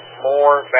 more